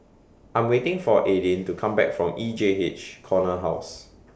I Am waiting For Aydin to Come Back from E J H Corner House